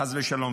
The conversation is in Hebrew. חס ושלום,